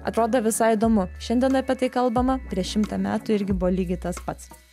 atrodo visai įdomu šiandien apie tai kalbama prieš šimtą metų irgi buvo lygiai tas pats